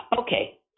Okay